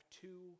two